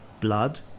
Blood